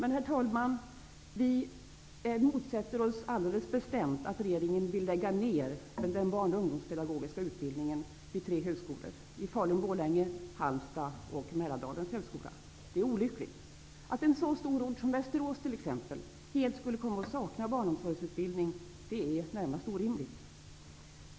Vi motsätter oss, herr talman, alldeles bestämt att regeringen vill lägga ned den barn och ungdomspedagogiska utbildningen vid tre högskolor, i Falun/Borlänge, Halmstad och vid Mälardalens högskola. Detta är olyckligt. Att en så stor ort som Västerås t.ex. helt skulle komma att sakna barnomsorgsutbildning är närmast orimligt.